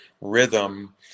rhythm